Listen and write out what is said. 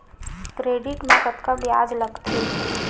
Credit मा कतका ब्याज लगथे?